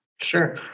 Sure